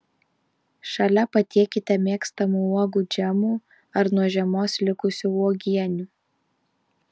šalia patiekite mėgstamų uogų džemų ar nuo žiemos likusių uogienių